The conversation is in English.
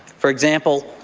for example,